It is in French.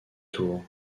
tours